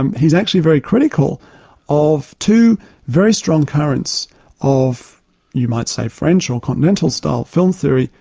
um he's actually very critical of two very strong currents of you might say french or continental style film theory,